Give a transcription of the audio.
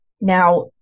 Now